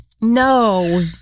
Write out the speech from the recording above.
no